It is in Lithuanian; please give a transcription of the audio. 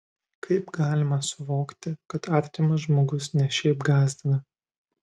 kaip galima suvokti kad artimas žmogus ne šiaip gąsdina